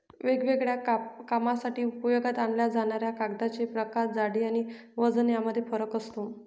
वेगवेगळ्या कामांसाठी उपयोगात आणल्या जाणाऱ्या कागदांचे प्रकार, जाडी आणि वजन यामध्ये फरक असतो